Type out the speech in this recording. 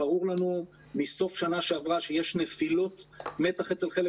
ברור לנו מסוף שנה שעברה שיש נפילות מתח אצל חלק